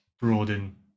broaden